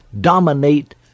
dominate